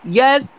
yes